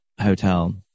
Hotel